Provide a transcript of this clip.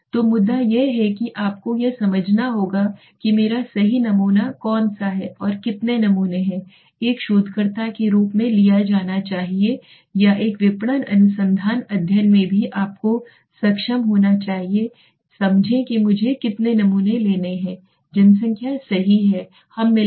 तो मुद्दा यह है कि आपको यह समझना होगा कि मेरा सही नमूना कौन सा है और कितने नमूने हैं एक शोधकर्ता के रूप में लिया जाना चाहिए या एक विपणन अनुसंधान अध्ययन में भी आपको सक्षम होना चाहिए समझें कि मुझे कितने नमूने लेने चाहिए